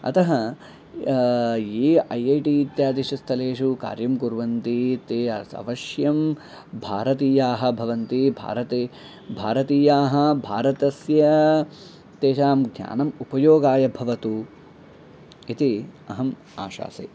अतः ये I I T इत्यादिषु स्थलेषु कार्यं कुर्वन्ति ते अवश्यं भारतीयाः भवन्ति भारते भारतीयाः भारतस्य तेषां ध्यानम् उपयोगाय भवतु इति अहम् आशासे